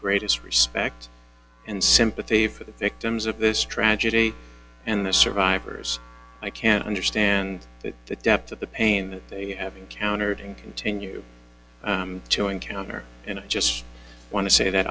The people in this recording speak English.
greatest respect and sympathy for the victims of this tragedy and the survivors i can understand the depth of the pain they have encountered and continue to encounter and i just want to say that